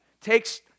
takes